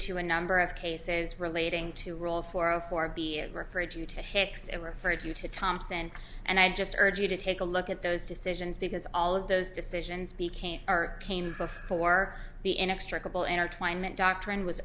to a number of cases relating to roll four of four being referred you to hicks and referred you to thompson and i just urge you to take a look at those decisions because all of those decisions became our came before the inextricable intertwine meant doctrine was